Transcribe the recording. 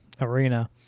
Arena